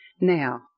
now